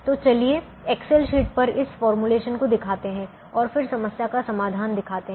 तो चलिए Excel sheet पर इस फॉर्मूलेशन को दिखाते हैं और फिर समस्या का समाधान दिखाते हैं